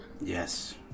Yes